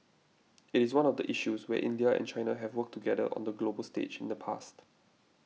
it is one of the issues where India and China have worked together on the global stage in the past